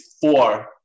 four